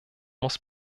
muss